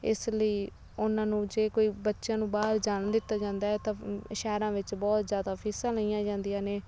ਇਸ ਲਈ ਉਨ੍ਹਾਂ ਨੂੰ ਜੇ ਕੋਈ ਬੱਚਿਆਂ ਨੂੰ ਬਾਹਰ ਜਾਣ ਦਿੱਤਾ ਜਾਂਦਾ ਹੈ ਤਾਂ ਸ਼ਹਿਰਾਂ ਵਿੱਚ ਬਹੁਤ ਜ਼ਿਆਦਾ ਫੀਸਾਂ ਲਈਆਂ ਜਾਂਦੀਆਂ ਨੇ